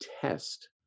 test